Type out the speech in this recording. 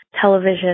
television